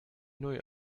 neue